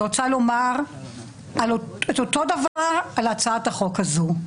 אני רוצה לומר את אותו דבר על הצעת החוק הזאת.